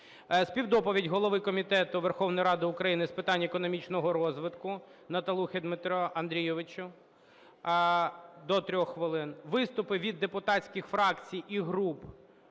Співдоповідь голови Комітету Верховної Ради України з питань економічного розвитку Наталухи Дмитра Андрійовича – до 3 хвилин. Виступи від депутатських фракцій і груп